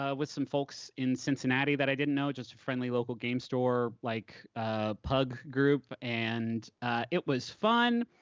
ah with some folks in cincinnati that i didn't know, just a friendly local game store like ah pug group. and it was fun,